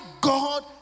God